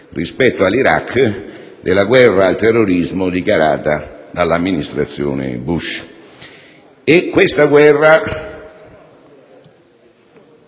rispetto all'Iraq, della guerra al terrorismo dichiarata dall'Amministrazione Bush. Questa guerra,